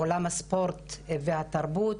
עולם הספורט והתרבות,